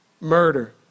murder